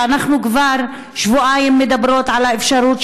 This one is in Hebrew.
אנחנו כבר שבועיים מדברות על האפשרות